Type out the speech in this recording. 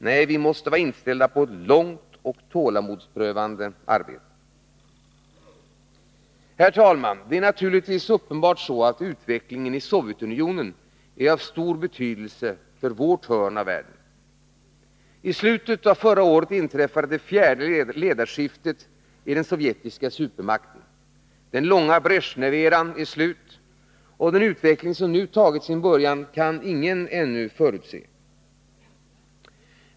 Nej, vi måste vara inställda på ett långt och tålamodsprövande arbete. Herr talman! Det är uppenbart att utvecklingen i Sovjetunionen är av stor betydelse för vårt hörn av världen. I slutet av förra året inträffade det fjärde ledarskiftet i den sovjetiska supermakten. Den långa Bresjneveran är slut. Den utveckling som nu har tagit sin början kan ingen ännu förutse.